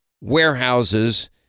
warehouses